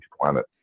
planet